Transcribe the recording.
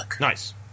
Nice